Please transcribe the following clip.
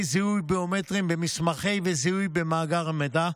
זיהוי ביומטריים במסמכי זיהוי ומאגר המידע,